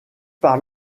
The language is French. par